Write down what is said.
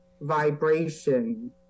vibration